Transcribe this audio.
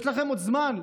יש לכם עוד זמן,